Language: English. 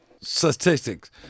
statistics